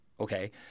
Okay